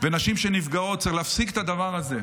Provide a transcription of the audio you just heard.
ונשים שנפגעות, צריך להפסיק את הדבר הזה.